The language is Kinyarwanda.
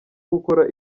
gukora